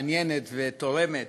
מעניינת ותורמת.